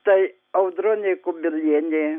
tai audronė kubilienė